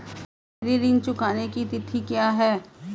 मेरे ऋण चुकाने की तिथि क्या है?